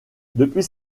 depuis